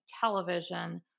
television